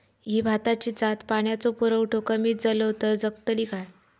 ही भाताची जात पाण्याचो पुरवठो कमी जलो तर जगतली काय?